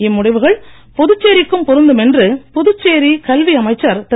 இம்முடிவுகள் புதுச்சேரிக்கும் பொருந்தும் என்று புதுச்சேரி கல்வி அமைச்சர் திரு